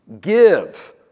Give